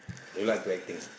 you like to acting